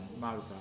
Malta